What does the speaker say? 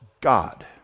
God